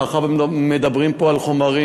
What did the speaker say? מאחר שמדברים פה על חומרים,